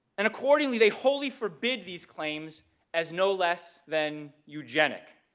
and accordingly they wholly forbid these claims as no less than eugenic,